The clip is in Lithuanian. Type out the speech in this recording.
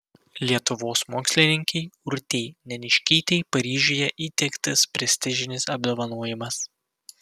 lietuvos mokslininkei urtei neniškytei paryžiuje įteiktas prestižinis apdovanojimas